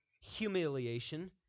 humiliation